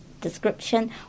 description